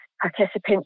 participants